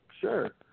sure